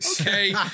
okay